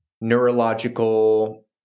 neurological